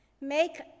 make